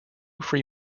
free